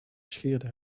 scheerde